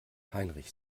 heinrich